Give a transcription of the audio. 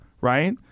right